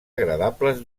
agradables